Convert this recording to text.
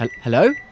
Hello